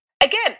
Again